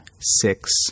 six